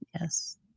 Yes